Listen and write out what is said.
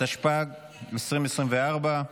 התשפ"ג 2023,